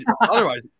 otherwise